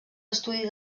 estudis